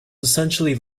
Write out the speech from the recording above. essentially